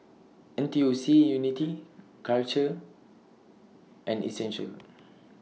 N T U C Unity Karcher and Essential